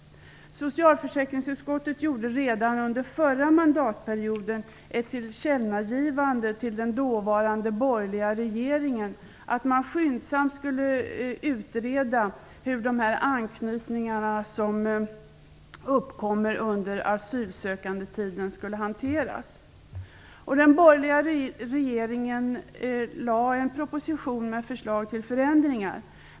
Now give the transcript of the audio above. Socialförsäkringsutskottet gjorde redan under förra mandatperioden ett tillkännagivande till den dåvarande borgerliga regeringen om att man skyndsamt skulle utreda hur de anknytningar som uppkommer under asylsökandetiden skulle hanteras. Den borgerliga regeringen lade fram en proposition med förslag till förändringar.